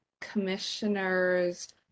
commissioners